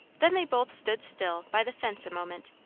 then they both stood still by the fence a moment,